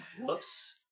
Whoops